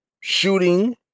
shooting